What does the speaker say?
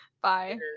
bye